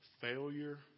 Failure